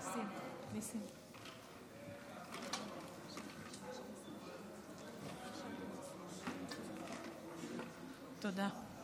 תודה.